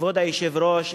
כבוד היושב-ראש,